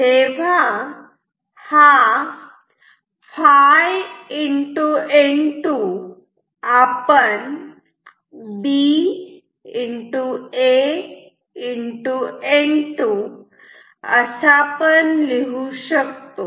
तेव्हा हा ∅ N 2 आपण B A N2 असा पण लिहु शकतो